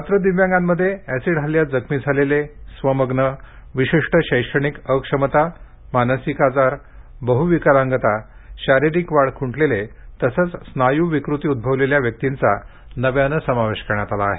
पात्र दिव्यांगांमध्ये ऍसिड हल्ल्यात जखमी झालेले स्वमग्न विशिष्ट शैक्षणिक अक्षमता मानसिक आजार बहुविकलांगता शारीरिक वाढ खूं झैले तसंच स्नायू विकृती उद्भवलेल्या व्यक्तींचा नव्यानं समावेश करण्यात आला आहे